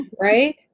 right